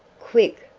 quick!